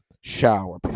shower